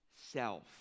self